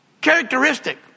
characteristic